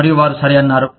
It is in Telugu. మరియు వారు సరే అన్నారు